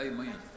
Amen